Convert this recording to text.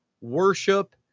worship